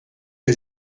que